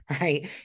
right